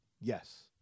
Yes